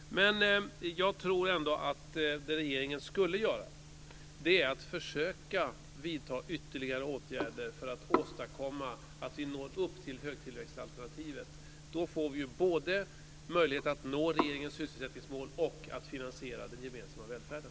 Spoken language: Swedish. Jag tror ändå att det som regeringen skulle göra är att försöka vidta ytterligare åtgärder för att åstadkomma att vi når upp till högtillväxtalternativet. Då får vi både möjlighet att nå regeringens sysselsättningsmål och att finansiera den gemensamma välfärden.